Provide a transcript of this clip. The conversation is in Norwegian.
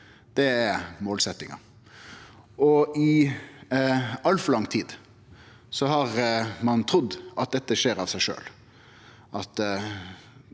Det er målsetjinga. I altfor lang tid har ein trudd at dette skjer av seg sjølv,